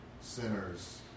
sinners